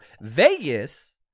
Vegas